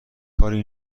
کاری